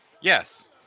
Yes